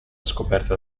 scoperta